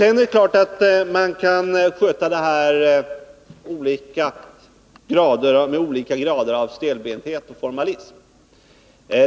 Sedan är det klart att man kan sköta det här med olika grader av stelbenthet och formalism.